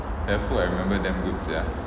the food I remember damn good sia